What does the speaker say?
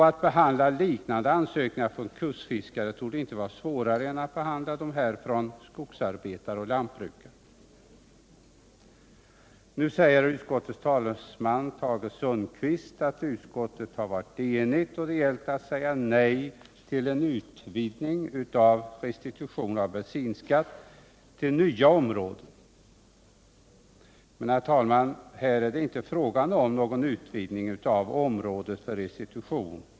Att behandla ansökningar från kustfiskare torde inte vara svårare än att behandla ansökningar från skogsarbetare och lantbrukare. Utskottets talesman, Tage Sundkvist, säger att utskottet varit enigt om att säga nej till en utvidgning av restitutionen av bensinskatt till nya områden. Men här är det inte fråga om någon utvidgning av området för restitution.